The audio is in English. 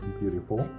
beautiful